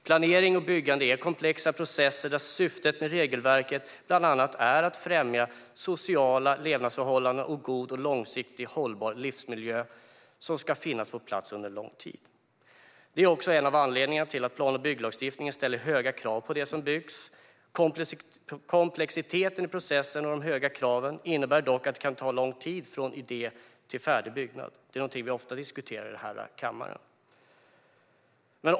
Planering och byggande är komplexa processer där syftet med regelverket bland annat är att främja goda sociala levnadsförhållanden och en god och långsiktigt hållbar livsmiljö som ska finnas på plats under lång tid. Det är också en anledning till att plan och bygglagstiftningen ställer höga krav på det som byggs. Komplexiteten i processen och de höga kraven innebär dock att det kan ta lång tid från idé till färdig byggnad. Det är någonting vi ofta diskuterar i kammaren.